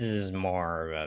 is more